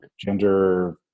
Gender